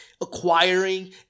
Acquiring